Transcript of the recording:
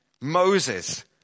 Moses